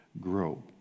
grow